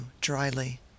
dryly